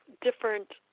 different